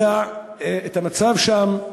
יודע את המצב שם,